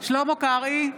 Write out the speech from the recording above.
שלמה קרעי,